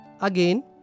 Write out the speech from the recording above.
Again